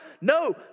No